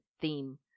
theme